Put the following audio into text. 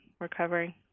recovering